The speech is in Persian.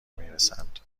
میرسند